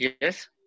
yes